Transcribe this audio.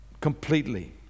completely